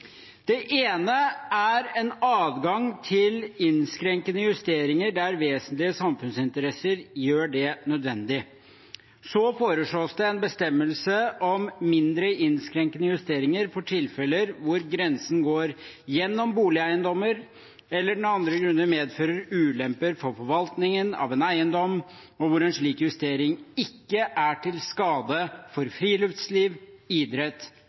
Det ene er en adgang til innskrenkende justeringer, der vesentlig samfunnsinteresser gjør det nødvendig. Så foreslås det en bestemmelse om mindre innskrenkende justeringer for tilfeller hvor grensen går gjennom boligeiendommer eller av andre grunner medfører ulemper for forvaltningen av en eiendom, og hvor en slik justering ikke er til skade for friluftsliv, idrett